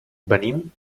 venim